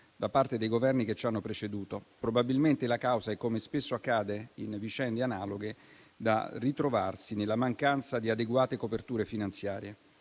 da parte dei Governi che ci hanno preceduto. Probabilmente, come spesso accade in vicende analoghe, la causa è da ritrovarsi nella mancanza di adeguate coperture finanziarie.